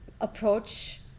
approach